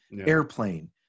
Airplane